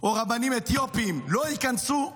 או רבנים אתיופים לא ייכנסו.